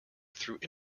through